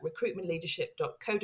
recruitmentleadership.co.uk